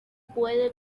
puede